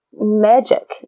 magic